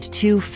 two